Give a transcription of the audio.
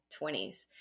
20s